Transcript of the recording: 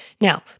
Now